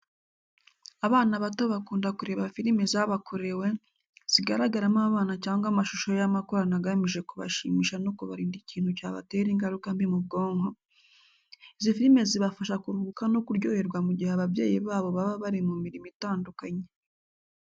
Abana bato bakunda kureba firime zabakorewe, zigaragaramo abana cyangwa amashusho y’amakorano agamije kubashimisha no kubarinda ikintu cyabatera ingaruka mbi mu bwonko. Izi filime zibafasha kuruhuka no kuryoherwa mu gihe ababyeyi babo baba bari mu mirimo itandukanye.